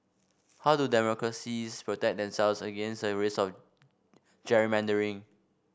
how do democracies protect themselves against a risk of gerrymandering